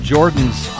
Jordan's